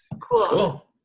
Cool